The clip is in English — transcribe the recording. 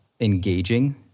engaging